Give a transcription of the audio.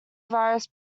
virus